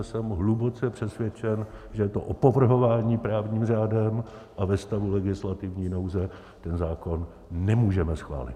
Jsem hluboce přesvědčen, že je to opovrhování právním řádem, a ve stavu legislativní nouze ten zákon nemůžeme schválit.